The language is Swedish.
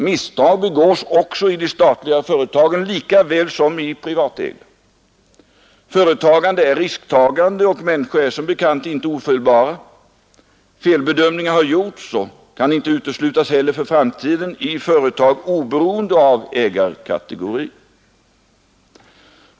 Misstag begås i statliga företag lika väl som i privatägda. Företagande är risktagande, och människor är som bekant inte ofelbara. Felbedömningar har gjorts och kan inte uteslutas heller för framtiden i företag, oberoende av ägarkategorier.